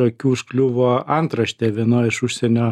akių užkliuvo antraštė vienoj iš užsienio